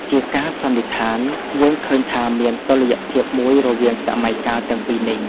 ជាការសន្និដ្ឋាន យើងឃើញថាមានតុល្យភាពមួយរវាងសម័យកាលទាំងពីរនេះ។